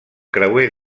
creuer